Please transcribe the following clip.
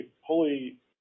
holy